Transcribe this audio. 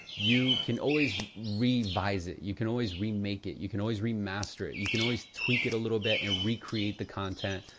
you can always revise it, you can always remake it, you can always remaster it. you can always tweak it a little bit and recreate the content,